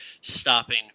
stopping